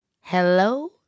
hello